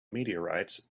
meteorites